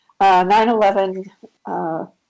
9-11